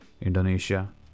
Indonesia